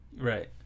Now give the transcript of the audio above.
Right